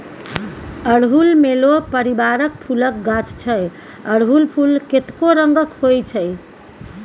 अड़हुल मेलो परिबारक फुलक गाछ छै अरहुल फुल कतेको रंगक होइ छै